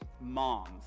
mom's